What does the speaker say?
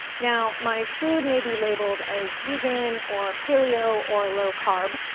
now, my food may be labeled as vegan, or paleo, or low-carb,